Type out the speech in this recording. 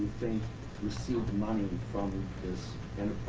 think received money from this